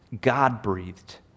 God-breathed